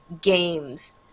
games